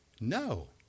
No